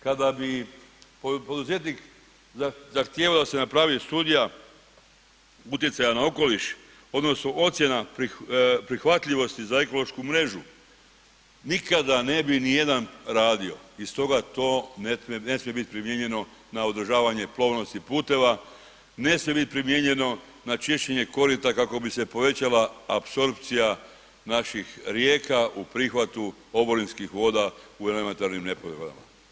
Kada bi poduzetnik zahtijevao da se napravi studija utjecaja na okoliš, odnosno ocjena prihvatljivosti za ekološku mrežu nikada ne bi ni jedan radio i stoga to ne smije biti primijenjeno na održavanje plovnosti puteva, ne smije biti primijenjeno na čišćenje korita kako bi se povećala apsorpcija naših rijeka u prihvatu oborinskih voda u elementarnim nepogodama.